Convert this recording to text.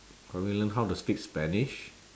probably learn how to speak spanish